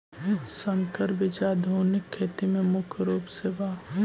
संकर बीज आधुनिक खेती में मुख्य रूप से बा